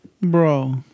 Bro